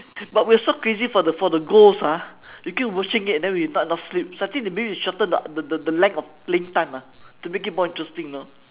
but we're so crazy for the for the goals ah we keep watching it then we not enough sleep so I think that maybe we shorten the the the length of playing time ah to make it more interesting you know